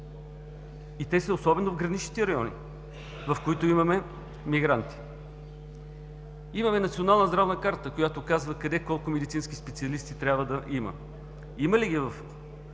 Те са особено от граничните райони, в които имаме мигранти. Имаме Национална здравна карта, която казва къде колко медицински специалисти трябва да има. Има ли ги в